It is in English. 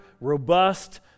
robust